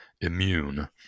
immune